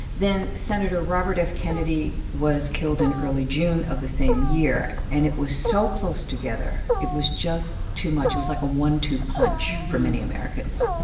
then senator robert f. kennedy was killed in early june of the same year. and it was so close together. it was just too much. it was like a one-two punch for many americans.